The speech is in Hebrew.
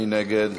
מי נגד?